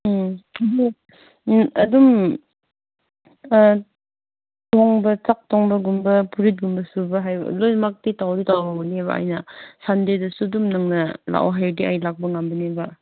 ꯎꯝ ꯎꯝ ꯑꯗꯨꯝ ꯊꯣꯡꯕ ꯆꯥꯛ ꯊꯣꯡꯕꯒꯨꯝꯕ ꯐꯨꯔꯤꯠ ꯀꯨꯝꯕ ꯁꯨꯕ ꯍꯩꯕ ꯂꯣꯏꯅꯃꯛꯇ ꯇꯧꯗꯤ ꯇꯧꯅꯦꯕ ꯑꯩꯅ ꯁꯟꯗꯦꯗꯁꯨ ꯑꯗꯨꯝ ꯅꯪꯅ ꯂꯥꯛꯑꯣ ꯍꯥꯏꯔꯗꯤ ꯑꯩ ꯂꯥꯛꯄ ꯉꯝꯒꯅꯦꯕ